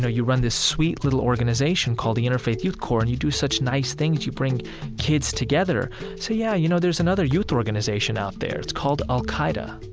know, you run this sweet, little organization called the interfaith youth core, and you do such nice things. you bring kids together i say, yeah, you know, there's another youth organization out there. it's called al-qaeda.